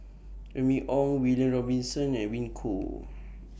Remy Ong William Robinson Edwin Koo